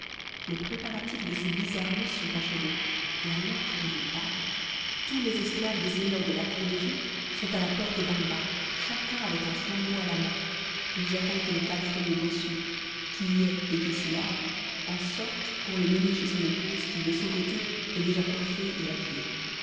les préparatifs de ces bizarres noces sont achevés et à l'heure que je vous parle tous les esclaves des seigneurs de la cour d'égypte sont à la porte d'un bain chacun avec un flambeau à la main ils attendent que le palefrenier bossu qui y est et qui s'y lave en sorte pour le mener chez son épouse qui de son côté est déjà coiffée et habillée